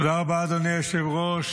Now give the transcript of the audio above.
תודה רבה, אדוני היושב-ראש.